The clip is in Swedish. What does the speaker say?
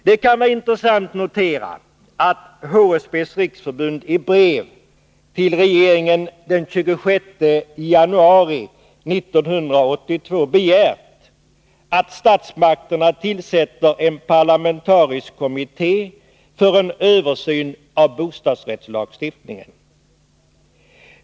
Det kan vara intressant att notera att HSB:s riksförbund i ett brev till regeringen den 26 januari 1982 begärt att statsmakterna tillsätter en parlamentarisk kommitté för en översyn av bostadsrättslagstiftningen.